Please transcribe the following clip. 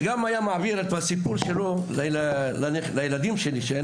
הוא היה גם מעביר את הסיפור שלו לילדים שלי שהם